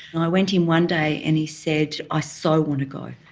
i went in one day and he said, i so want to go.